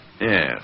Yes